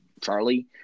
Charlie